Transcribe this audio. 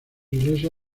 iglesia